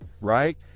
right